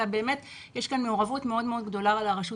אלא יש כאן מעורבות מאוד-מאוד גדולה של הרשות